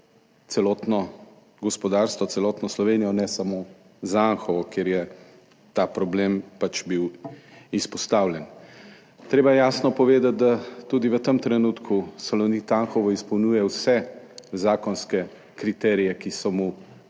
celotno gospodarstvo, celotno Slovenijo, ne samo za Anhovo, kjer je ta problem pač bil izpostavljen. Treba je jasno povedati, da tudi v tem trenutku Salonit Anhovo izpolnjuje vse zakonske kriterije, ki so mu